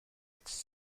its